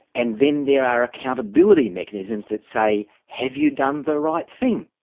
and then there are accountability mechanisms that say have you done the right thing.